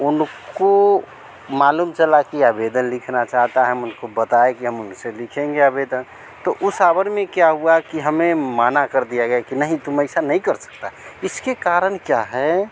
उनको मालूम चला कि आवेदन लिखना चाहता है हम उनको बताए कि हम उनसे लिखेंगे आवेदन तो उस आवर में क्या हुआ कि हमें मना कर दिया गया कि हमें मना कर दिया कि नहीं तुम ऐसा नहीं कर सकते इसका कारण क्या है